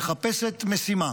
מחפשת משימה